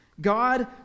God